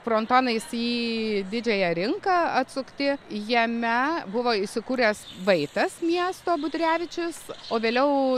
frontonais į didžiąją rinką atsukti jame buvo įsikūręs vaitas miesto budrevičius o vėliau